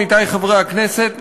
עמיתי חברי הכנסת,